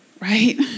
right